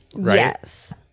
Yes